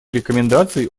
рекомендаций